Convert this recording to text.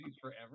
forever